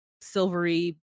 silvery